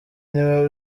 niwe